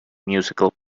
musical